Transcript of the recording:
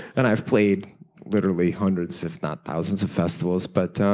and i've played literally hundreds, if not thousands of festivals, but